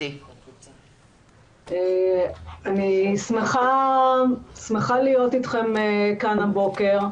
אני שמחה להיות איתכם כאן הבוקר.